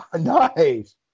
Nice